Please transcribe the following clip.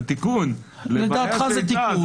זה תיקון לבעיה קיימת.